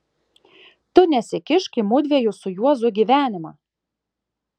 tu nesikišk į mudviejų su juozu gyvenimą